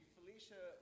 Felicia